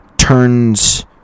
turns